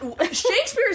Shakespeare's